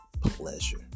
pleasure